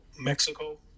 mexico